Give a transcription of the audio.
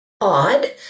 odd